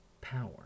power